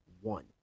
one